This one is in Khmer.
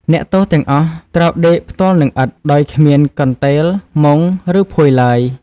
អ្នកទោសទាំងអស់ត្រូវដេកផ្ទាល់នឹងឥដ្ឋ ដោយគ្មានកន្ទេល មុង ឬភួយឡើយ។